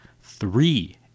Three